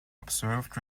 observed